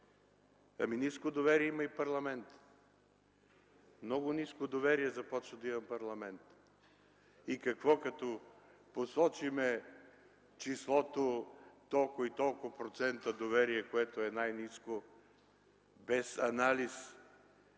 Ами ниско доверие има и парламентът. Много ниско доверие започна да има парламентът. И какво като посочим числото – толкова и толкова процента доверие, което е най-ниско, без анализ